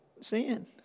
sin